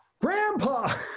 Grandpa